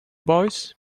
boys